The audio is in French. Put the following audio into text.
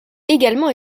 également